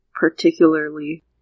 Particularly